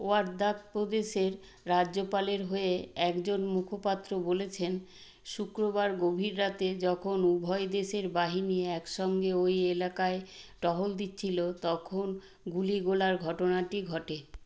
Wardak প্রদেশের রাজ্যপালের হয়ে একজন মুখপাত্র বলেছেন শুক্রবার গভীর রাতে যখন উভয় দেশের বাহিনী একসঙ্গে ওই এলাকায় টহল দিচ্ছিল তখন গুলিগোলার ঘটনাটি ঘটে